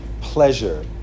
pleasure